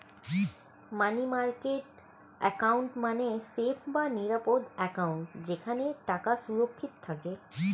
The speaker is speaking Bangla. মানি মার্কেট অ্যাকাউন্ট মানে সেফ বা নিরাপদ অ্যাকাউন্ট যেখানে টাকা সুরক্ষিত থাকে